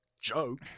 joke